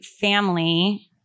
family